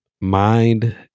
mind